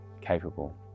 capable